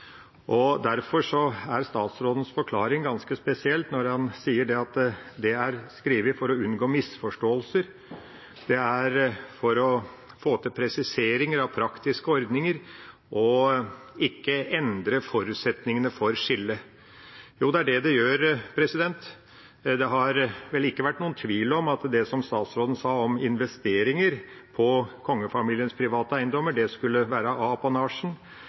er statsrådens forklaring ganske spesiell når han sier at det er skrevet for å unngå misforståelser, at det er for å få til presiseringer av praktiske ordninger, og at det ikke endrer forutsetningene for skillet. Jo, det er det det gjør. Det har vel ikke vært noen tvil om det statsråden sa om investeringer på kongefamiliens private eiendommer, at det skulle være